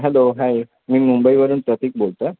hello hi मी मुंबईवरून प्रतीक बोलतो आहे